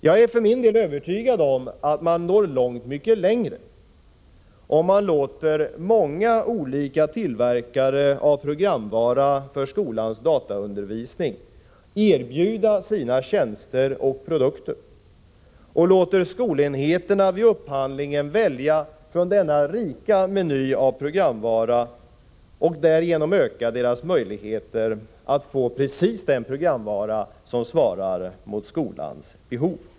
Jag är för min del övertygad om att man når långt mycket längre, om man låter många olika tillverkare av programvara för skolans dataundervisning erbjuda sina tjänster och produkter och låter skolenheterna vid upphandlingen välja från denna rika meny av programvara. Därigenom ökar deras möjligheter att få precis den programvara som svarar mot skolans behov.